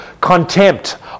Contempt